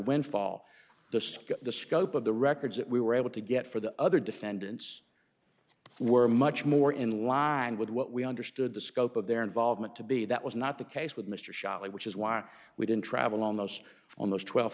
windfall the scale the scope of the records that we were able to get for the other defendants were much more in line with what we understood the scope of their involvement to be that was not the case with mr challis which is why we didn't travel almost on those twelve